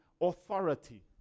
Authority